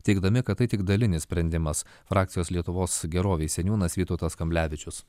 teigdami kad tai tik dalinis sprendimas frakcijos lietuvos gerovei seniūnas vytautas kamblevičius